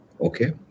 okay